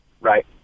right